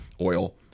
oil